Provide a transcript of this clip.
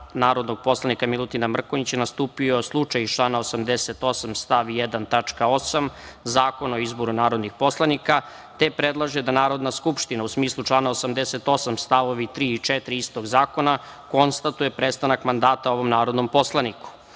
narodnog poslanika Milutina Mrkonjića nastupio slučaj iz člana 88. stav 1. tačka 8) Zakona o izboru narodnih poslanika, te predlaže da Narodna skupština, u smislu člana 88. stavovi 3. i 4. istog zakona, konstatuje prestanak mandata ovom narodnom poslaniku. Saglasno